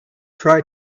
try